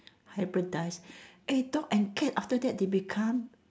hybridise eh dog and cat after that they become